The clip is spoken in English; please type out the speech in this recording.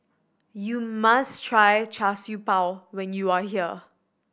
you must try Char Siew Bao when you are here